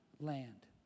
land